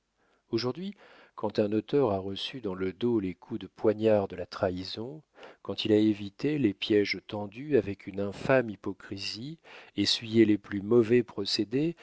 aujourd'hui quand un auteur a reçu dans le dos les coups de poignard de la trahison quand il a évité les piéges tendus avec une infâme hypocrisie essuyé les plus mauvais procédés